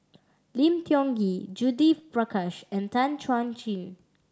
Lim Tiong Ghee Judith Prakash and Tan Chuan Jin